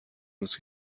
روز